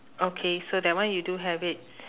okay so that one you do have it